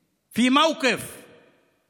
נחושים, יש כבוד,